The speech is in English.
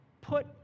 put